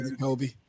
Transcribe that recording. Kobe